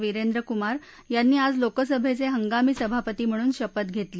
विरेंद्र कुमार यांनी आज लोकसभेचे हंगामी सभापती म्हणून शपथ घेतली